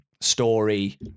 story